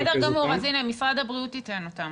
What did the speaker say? בסדר גמור, אז הנה משרד הבריאות ייתן אותם.